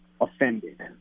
offended